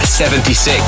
76